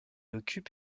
occupe